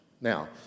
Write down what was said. Now